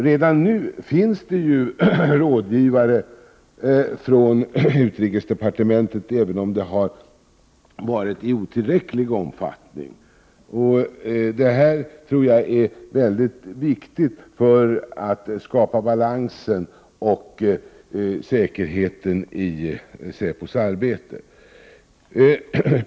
Redan nu finns det ju rådgivare från utrikesdepartementet, även om det har varit i otillräcklig omfattning. Det tror jag är viktigt för att skapa balans och säkerhet i säpos arbete.